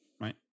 right